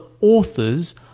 authors